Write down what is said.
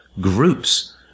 groups